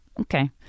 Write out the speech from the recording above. Okay